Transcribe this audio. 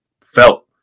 felt